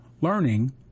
learning